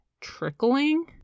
trickling